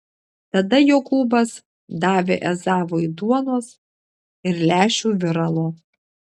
tada jokūbas davė ezavui duonos ir lęšių viralo